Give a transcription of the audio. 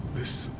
this.